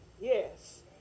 Yes